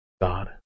God